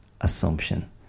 assumption